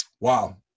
Wow